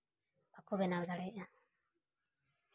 ᱵᱟᱠᱚ ᱵᱮᱱᱟᱣ ᱫᱟᱲᱮᱭᱟᱜᱼᱟ